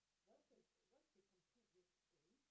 once we've once we complete this game